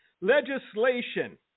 legislation